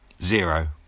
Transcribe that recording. Zero